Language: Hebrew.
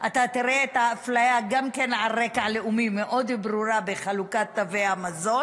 אתה תראה את האפליה המאוד-ברורה גם על רקע לאומי בחלוקת תווי המזון.